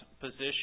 position